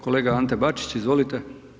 Kolega Ante Bačić, izvolite.